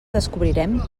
descobrirem